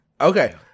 Okay